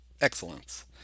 excellence